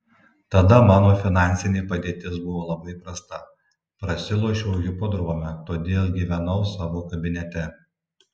tada mano finansinė padėtis buvo labai prasta prasilošiau hipodrome todėl gyvenau savo kabinete